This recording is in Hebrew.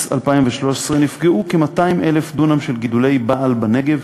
2013 נפגעו כ-200,000 דונם של גידולי בעל בנגב,